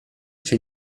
cię